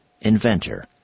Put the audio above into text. inventor